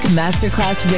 masterclass